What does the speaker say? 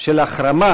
של החרמה,